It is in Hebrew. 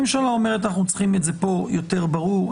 הממשלה אומרת שאנחנו צריכים את זה פה יותר ברור,